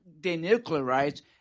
denuclearize